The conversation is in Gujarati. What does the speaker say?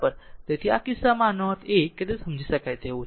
તેથી આ કિસ્સામાં આ આનો અર્થ છે કે તે સમજી શકાય તેવું છે